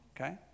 okay